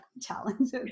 challenges